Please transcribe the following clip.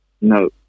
No